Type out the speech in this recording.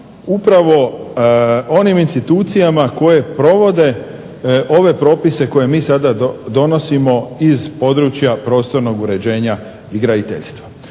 upravo onim institucijama koje provode ove propise koje mi sada donosimo iz područja prostornog uređenja i graditeljstva.